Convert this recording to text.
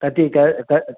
कति क क